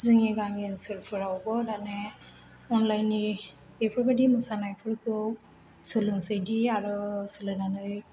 जोंनि गामि ओनसोलफोरावबो दाना अनलाइननि बेफोरबादि मोसानायफोरखौ सोलोंसैदि आरो सोलोंनानै